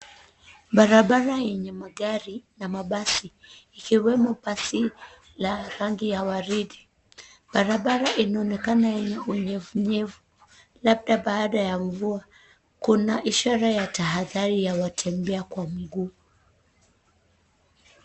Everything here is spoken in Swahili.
Barabara yenye magari na mabasi, ikiwemo basi la rangi ya waridi. Barabara inaonekana yenye unyevunyevu, labda baada ya mvua. Kuna ishara ya tahadhari ya watembea kwa mguu.